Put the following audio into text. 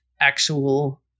actual